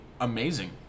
amazing